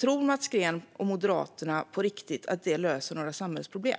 Tror Mats Green och Moderaterna på riktigt att det löser några samhällsproblem?